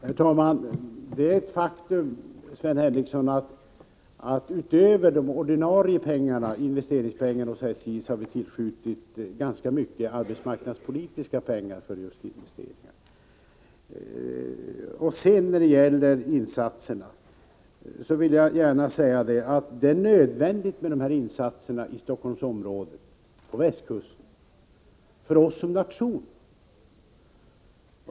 Herr talman! Det är ett faktum, Sven Henricsson, att det förutom de ordinarie investeringsmedlen till SJ har tillskjutits ganska mycket arbetsmarknadspolitiska medel för just investeringar. Beträffande insatserna vill jag gärna säga att det för oss som nation är nödvändigt med insatser i Stockholmsområdet och västkusten.